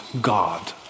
God